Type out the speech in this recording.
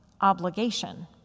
obligation